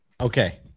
Okay